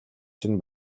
чинь